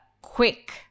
quick